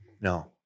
No